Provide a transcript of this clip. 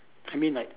I mean like